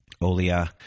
Olia